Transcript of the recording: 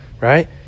Right